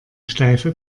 steife